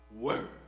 word